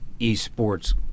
esports